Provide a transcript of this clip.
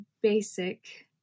basic